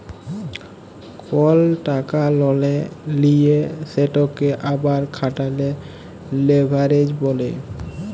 call টাকা ললে লিঁয়ে সেটকে আবার খাটালে লেভারেজ ব্যলে